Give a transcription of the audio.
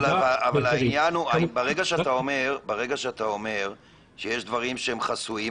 אבל ברגע שאתה אומר שיש דברים שהם חסויים,